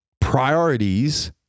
priorities